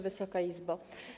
Wysoka Izbo!